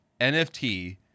NFT